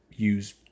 use